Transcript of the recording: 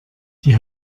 die